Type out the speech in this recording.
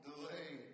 delay